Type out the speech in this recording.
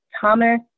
Thomas